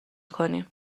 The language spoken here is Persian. کنیم